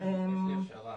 יש לי השערה.